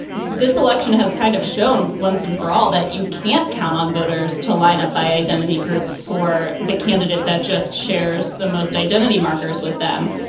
this election has kind of shown once and for all that you can't count on voters to line up identity groups for the candidate that just shares the most identity markers with them,